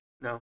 No